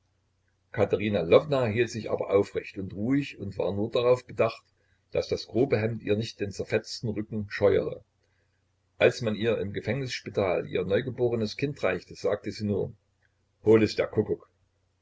katerina lwowna hielt sich aber aufrecht und ruhig und war nur darauf bedacht daß das grobe hemd ihr nicht den zerfetzten rücken scheuere als man ihr im gefängnisspital ihr neugeborenes kind reichte sagte sie nur hol es der kuckuck